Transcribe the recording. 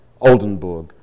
Oldenburg